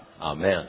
amen